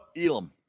elam